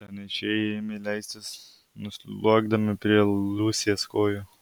pranešėjai ėmė leistis nusliuogdami prie liusės kojų